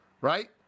right